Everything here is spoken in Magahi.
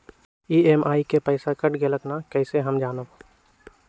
ई.एम.आई के पईसा कट गेलक कि ना कइसे हम जानब?